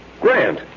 Grant